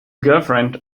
girlfriend